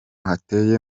hateye